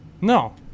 No